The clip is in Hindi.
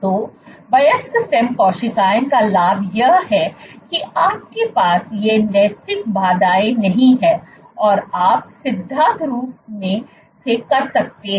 तो वयस्क स्टेम कोशिकाओं का लाभ यह है कि आपके पास ये नैतिक बाधाएं नहीं हैं और आप सिद्धांत रूप में कर सकते हैं